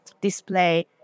display